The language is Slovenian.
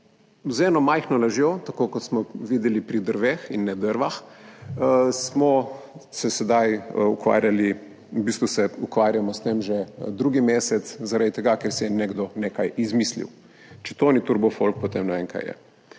z eno majhno lažjo, tako kot smo videli pri drveh in ne drvah, smo se sedaj ukvarjali, v bistvu se ukvarjamo s tem že drugi mesec zaradi tega, ker si je nekdo nekaj izmislil. Če to ni turbo folk, potem ne vem, kaj je.